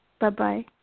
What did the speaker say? Bye-bye